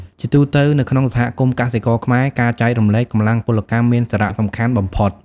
ជាទូទៅ នៅក្នុងសហគមន៍កសិករខ្មែរ ការចែករំលែកកម្លាំងពលកម្មមានសារៈសំខាន់បំផុត។